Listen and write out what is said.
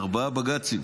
ארבעה בג"צים,